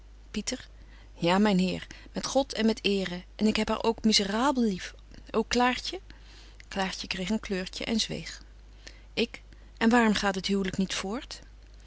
ja myn heer met god en met eeren en ik heb haar ook miserabel lief ook klaartje klaartje kreeg een kleurtje en zweeg ik en waarom gaat het huwlyk niet